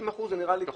50% נראה לי סביר.